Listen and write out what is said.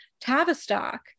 Tavistock